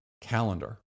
calendar